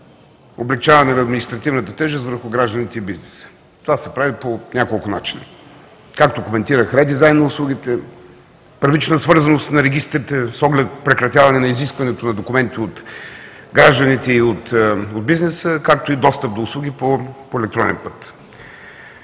облекчаване на административната тежест върху гражданите и бизнеса. Това се прави по няколко начина. Както коментирах, редизайн на услугите, първична свързаност на регистрите с оглед прекратяване на изискването на документи от гражданите и от бизнеса, както и достъп до услуги по електронен път.